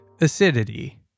Acidity